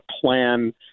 plan